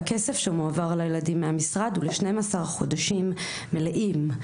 והכסף שמועבר לילדים מהמשרד הוא ל-12 חודשים מלאים,